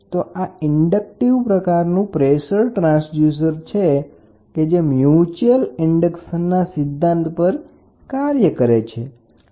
તો આ ઇન્ડક્ટીવ પ્રકારનું ટ્રાન્સડુસર છે એલવીડીટી કે જે ઇન્ડક્ટીવ પ્રકારનું પ્રેસર ટ્રાન્સડુસર છે જે મ્યુચ્યલ ઇન્ડક્ટન્સના સિદ્ધાંત પર કાર્ય કરે છે